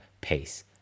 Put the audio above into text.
pace